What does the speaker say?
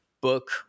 book